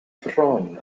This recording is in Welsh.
bron